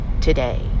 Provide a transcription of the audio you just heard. today